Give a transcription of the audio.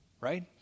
right